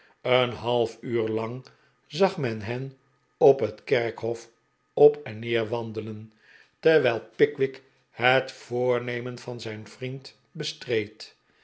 een half uur lang zag men hen op het kerkhof op en neer wandelen terwijl pickwick het voornemen van zijn vriend bestreed